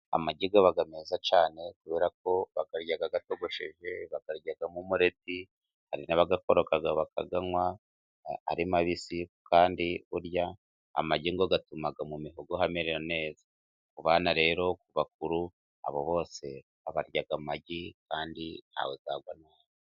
Amagi aba meza cyane kuberako bayarya atogosheje, bayaryamo umuleti ,Hari n'abayakoroga bakayanywa ari mabisi kandi burya amagi ngo atuma mu mihogo hamera neza. Ku bana rero ,ku bakuru, abo bose barya amagi kandi ntawe yagwa nabi.